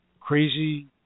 crazy